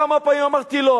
כמה פעמים אמרתי לו,